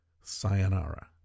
Sayonara